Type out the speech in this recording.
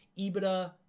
EBITDA